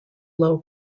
low